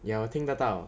ya 我听得到